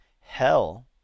hell